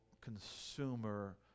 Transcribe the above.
consumer